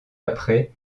après